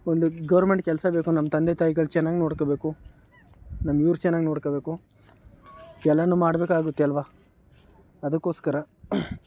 ಒಂದು ಗೋರ್ಮೆಂಟ್ ಕೆಲಸ ಬೇಕು ನಮ್ಮ ತಂದೆ ತಾಯಿಗಳು ಚೆನ್ನಾಗಿ ನೋಡ್ಕೊಳ್ಬೇಕು ನಮ್ಗೆ ಇವ್ರು ಚೆನ್ನಾಗಿ ನೋಡ್ಕೊಳ್ಬೇಕು ಎಲ್ಲನೂ ಮಾಡಬೇಕಾಗುತ್ತೆ ಅಲ್ವ ಅದಕ್ಕೋಸ್ಕರ